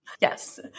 Yes